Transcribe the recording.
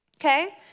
Okay